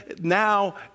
now